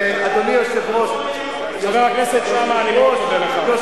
אדוני היושב-ראש, חבר הכנסת שאמה, תודה, אדוני.